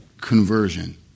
conversion